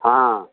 हँ